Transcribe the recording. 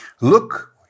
Look